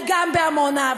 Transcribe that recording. אני גם בעמונה,